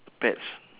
pets